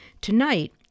Tonight